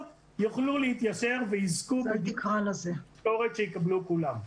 - יוכלו להתיישר ויזכו במשכורת שיקבלו כולם.